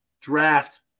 draft